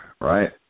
right